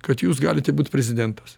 kad jūs galite būti prezidentas